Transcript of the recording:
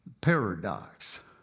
paradox